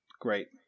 Great